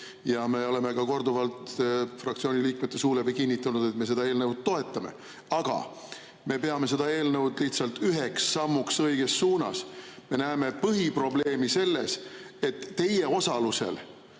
Ja me oleme korduvalt ka fraktsiooni liikmete suu läbi kinnitanud, et me seda eelnõu toetame. Aga me peame seda eelnõu lihtsalt üheks sammuks õiges suunas. Me näeme põhiprobleemi selles, et teie osalusel